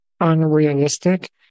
unrealistic